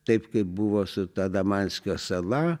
taip kaip buvo su ta damanskio sala